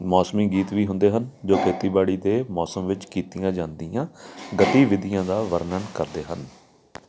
ਮੌਸਮੀ ਗੀਤ ਵੀ ਹੁੰਦੇ ਹਨ ਜੋ ਖੇਤੀਬਾੜੀ ਦੇ ਮੌਸਮ ਵਿੱਚ ਕੀਤੀਆਂ ਜਾਂਦੀਆਂ ਗਤੀਵਿਧੀਆਂ ਦਾ ਵਰਣਨ ਕਰਦੇ ਹਨ